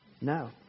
No